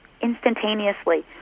instantaneously